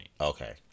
Okay